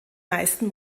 meisten